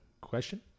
question